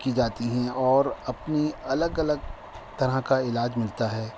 کی جاتی ہیں اور اپنی الگ الگ طرح کا علاج ملتا ہے